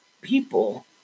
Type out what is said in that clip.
people